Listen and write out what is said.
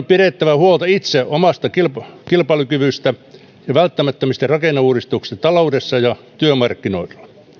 pidettävä huolta omasta kilpailukyvystämme ja välttämättömistä rakenneuudistuksista taloudessa ja työmarkkinoilla